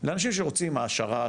לאנשים שרוצים העשרה,